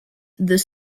this